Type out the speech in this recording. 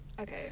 Okay